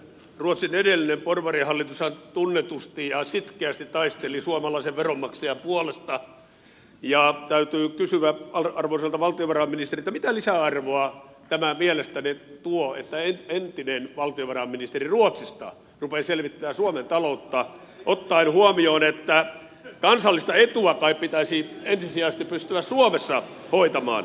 ruotsin edellinen porvarihallitushan tunnetusti ja sitkeästi taisteli suomalaisen veronmaksajan puolesta ja täytyy kysyä arvoisalta valtiovarainministeriltä mitä lisäarvoa tämä mielestänne tuo että entinen valtionvarainministeri ruotsista rupeaa selvittämään suomen taloutta ottaen huomioon että kansallista etua kai pitäisi ensisijaisesti pystyä suomessa hoitamaan